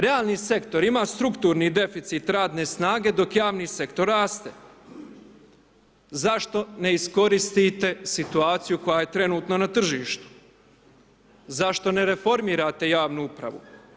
Realni sektor ima strukturni deficit radne snage, dok javni … zašto ne iskoristite situaciju koja je trenutno na tržištu, zašto ne reformirate javnu upravu?